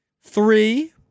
Three